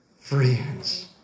friends